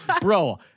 bro